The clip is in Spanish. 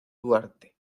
duarte